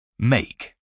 Make